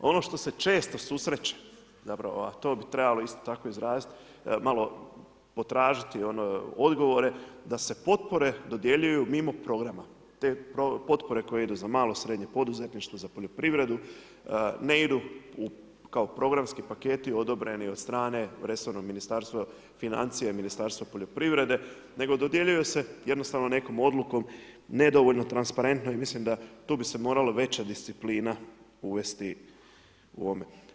Ono što se često susreće, a to bi trebalo isto tako izrazit, malo potražiti ono odgovore, da se potpore dodjeljuju mimo programa te potpore koje idu za malo, srednje poduzetništvo, za poljoprivredu, ne idu kao programski paketi odobreni od strane resornog Ministarstva financija i Ministarstva poljoprivrede, nego dodjeljuju se nekom odlukom, nedovoljno transparentno i mislim da tu bi se moralo veća disciplina uvesti u ovome.